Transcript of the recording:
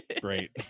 great